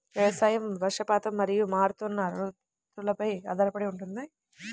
వ్యవసాయం వర్షపాతం మరియు మారుతున్న రుతువులపై ఆధారపడి ఉంటుంది